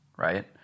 right